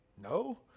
no